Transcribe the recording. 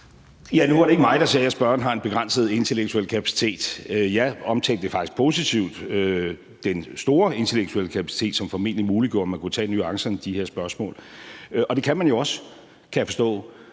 Nu var det ikke mig, der sagde, at spørgeren har en begrænset intellektuel kapacitet; jeg omtalte det faktisk positivt som den store intellektuelle kapacitet, som formentlig muliggjorde, at man kunne tage nuancerne i de her spørgsmål. Og det kan man også, kan jeg forstå,